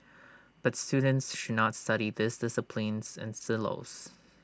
but students should not study these disciplines in silos